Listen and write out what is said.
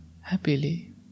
happily